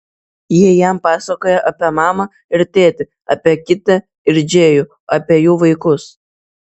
ji jam pasakoja apie mamą ir tėtį apie kitę ir džėjų apie jų vaikus